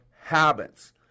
habits